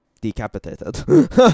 decapitated